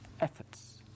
efforts